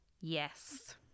yes